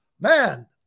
man